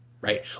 Right